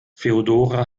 feodora